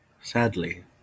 Sadly